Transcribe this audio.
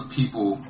people